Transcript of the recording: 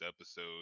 episode